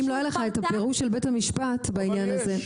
אם לא יהיה לך את הפירוש של בית המשפט בעניין הזה.